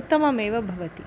उत्तममेव भवति